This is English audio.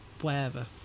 wherever